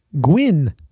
Gwyn